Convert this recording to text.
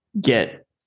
get